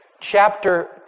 Chapter